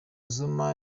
zuma